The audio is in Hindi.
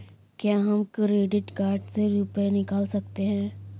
क्या हम क्रेडिट कार्ड से रुपये निकाल सकते हैं?